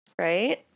right